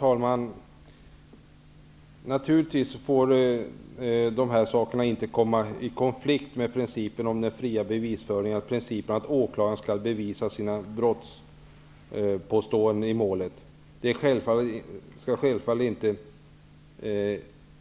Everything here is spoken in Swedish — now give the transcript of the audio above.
Herr talman! Detta får naturligtvis inte komma i konflikt med principen om den fria bevisprövningen, dvs. att åklagaren skall bevisa sina brottspåståenden i målet. Det skall självfallet inte